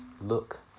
look